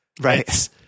Right